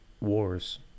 wars